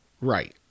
Right